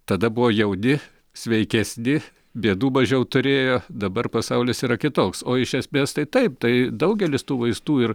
tada buvo jauni sveikesni bėdų mažiau turėjo dabar pasaulis yra kitoks o iš esmės tai taip tai daugelis tų vaistų ir